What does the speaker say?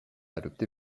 adopté